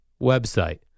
website